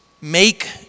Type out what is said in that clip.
make